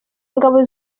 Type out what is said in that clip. ngabo